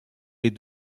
les